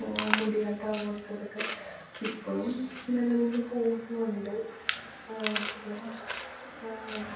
മുടിയാട്ടം അതുപോലത്തെതൊക്കെ ഇപ്പോഴും നിലനിന്ന് പോവുന്നുണ്ട് പിന്നെ